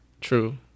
true